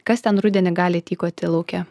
kas ten rudenį gali tykoti lauke